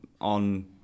on